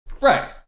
Right